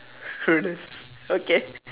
okay